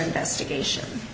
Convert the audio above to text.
investigation